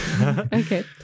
Okay